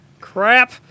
Crap